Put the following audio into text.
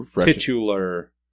titular